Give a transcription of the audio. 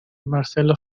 marcelo